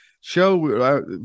show